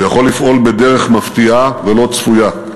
הוא יכול לפעול בדרך מפתיעה ולא צפויה.